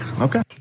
Okay